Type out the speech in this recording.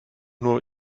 nur